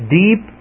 deep